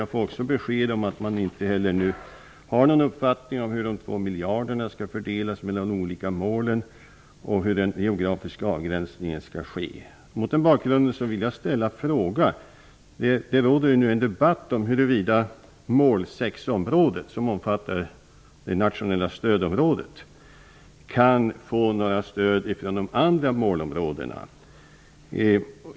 Jag får också besked om att man inte heller nu har någon uppfattning om hur de 2 miljarderna skall fördelas mellan de olika målen och hur den geografiska avgränsningen skall ske. Mot den bakgrunden vill jag ställa en fråga. Det råder en debatt om huruvida mål-6-området, som omfattar det nationella stödområdet, kan få några stöd från de andra målområdena.